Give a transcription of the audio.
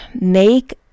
make